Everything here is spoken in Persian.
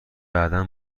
بعدا